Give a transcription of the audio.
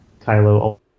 Kylo